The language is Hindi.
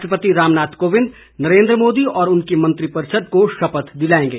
राष्ट्रपति रामनाथ कोविंद नरेन्द्र मोदी और उनकी मंत्रिपरिषद को शपथ दिलाएंगे